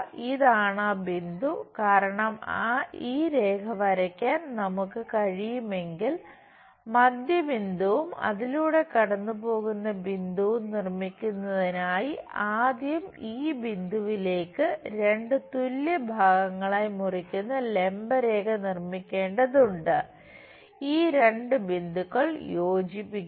ഇതാണ് ആ ബിന്ദു കാരണം ഈ രേഖ വരയ്ക്കാൻ നമുക്ക് കഴിയുമെങ്കിൽ മധ്യബിന്ദുവും അതിലൂടെ കടന്നുപോകുന്ന ബിന്ദുവും നിർമ്മിക്കുന്നതിനായി ആദ്യം ഈ ബിന്ദുവിലേക്കു രണ്ട് തുല്യ ഭാഗങ്ങളായി മുറിക്കുന്ന ലംബരേഖ നിർമ്മിക്കേണ്ടതുണ്ട് ഈ രണ്ട് ബിന്ദുക്കൾ യോജിപ്പിക്കുക